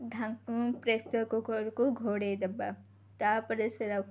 pressure କୁକର୍କୁ ଘୋଡ଼େଇଦବା ତାପରେ ସେଟା ଫୁଟିକିନା